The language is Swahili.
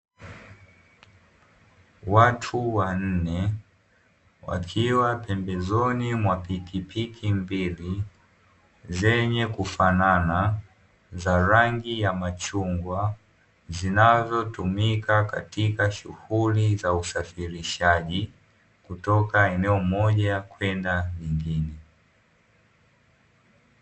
Watu wanne wakiwa pembezoni mwa pikipiki mbili; zenye kufanana, za rangi ya machungwa, zinazotumika katika shughuli za usafirishaji kutoka eneo moja kwenda lingine.